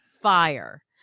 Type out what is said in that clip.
fire